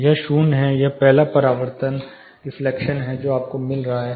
तो यह शून्य है यह पहला परावर्तन है जो आपको मिल रहा है